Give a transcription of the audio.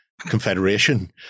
confederation